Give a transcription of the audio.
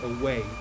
Away